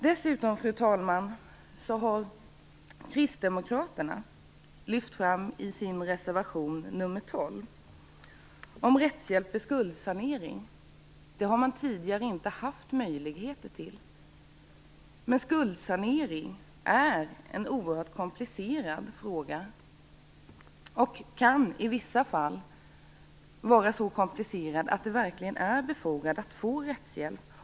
Dessutom, fru talman, har kristdemokraterna lyft fram rättshjälp vid skuldsanering i sin reservation nr 12. Det har man tidigare inte haft möjlighet till. Men skuldsanering är en oerhört komplicerad fråga och kan i vissa fall vara så komplicerad att det verkligen är befogat att få rättshjälp.